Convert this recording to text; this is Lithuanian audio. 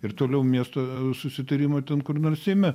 ir toliau miesto susitarimo ten kur nors seime